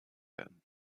werden